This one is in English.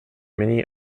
many